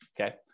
okay